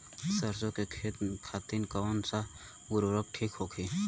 सरसो के खेती खातीन कवन सा उर्वरक थिक होखी?